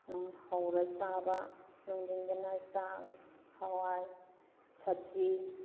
ꯅꯨꯡ ꯍꯧꯔ ꯆꯥꯕ ꯅꯨꯡꯊꯤꯟꯗꯅ ꯆꯥꯛ ꯍꯋꯥꯏ ꯁꯕꯖꯤ